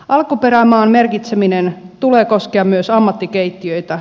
alkuperämaan merkitsemisen tulee koskea myös ammattikeittiöitä